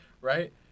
Right